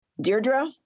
Deirdre